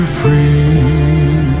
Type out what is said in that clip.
free